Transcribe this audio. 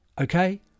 Okay